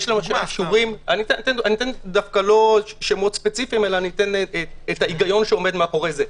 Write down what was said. אתן לא שמות ספציפיים אלא את ההיגיון שעומד מאחורי זה.